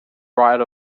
right